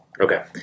Okay